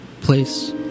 Place